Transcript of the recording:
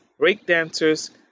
breakdancers